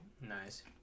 Nice